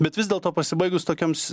bet vis dėlto pasibaigus tokioms